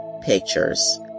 pictures